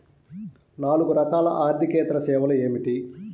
నాలుగు రకాల ఆర్థికేతర సేవలు ఏమిటీ?